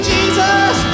Jesus